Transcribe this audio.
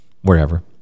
wherever